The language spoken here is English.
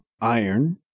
Iron